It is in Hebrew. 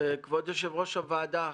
כבוד יושב-ראש הוועדה,